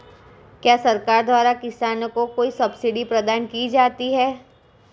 क्या सरकार द्वारा किसानों को कोई सब्सिडी प्रदान की जाती है?